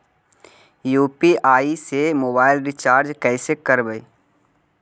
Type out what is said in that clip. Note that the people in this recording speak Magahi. यु.पी.आई से मोबाईल रिचार्ज कैसे करबइ?